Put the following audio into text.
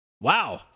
Wow